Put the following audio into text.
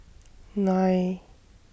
nine